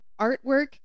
artwork